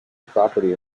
property